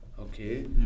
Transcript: okay